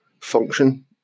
function